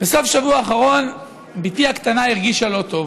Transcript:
בסוף השבוע האחרון בִּתי הקטנה הרגישה לא טוב.